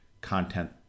content